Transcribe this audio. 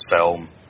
film